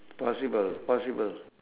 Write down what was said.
possible possible